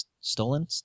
stolen